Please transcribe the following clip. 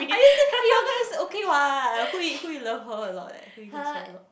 are you se~ your gonna say okay [what] who you who you love her a lot leh who you loves her a lot